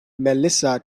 melissa